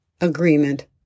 agreement